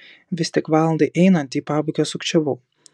vis tik valandai einant į pabaigą sukčiavau